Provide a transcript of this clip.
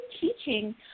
teaching